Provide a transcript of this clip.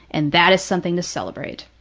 and that is something to celebrate.